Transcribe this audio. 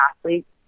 athletes